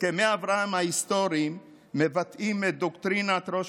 הסכמי אברהם ההיסטוריים מבטאים את דוקטרינת ראש